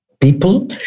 people